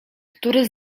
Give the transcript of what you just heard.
który